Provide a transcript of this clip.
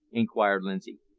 inquired lindsay.